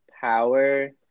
power